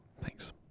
Thanks